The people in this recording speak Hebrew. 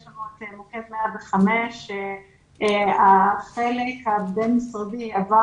יש לנו את מוקד 105 שהחלק הבין-משרדי עבר